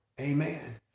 Amen